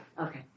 Okay